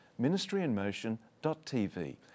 ministryinmotion.tv